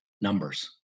numbers